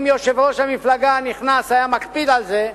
אם יושב-ראש המפלגה הנכנס היה מקפיד על זה,